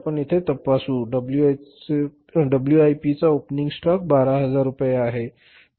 आपण येथे तपासू डब्ल्यूआयपीचा ओपनिंग स्टॉक 12 हजार रुपये आहे